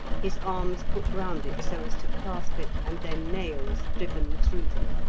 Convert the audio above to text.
his arms put round it so as to clasp it, and then nails driven through them.